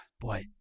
Boy